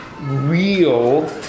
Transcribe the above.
real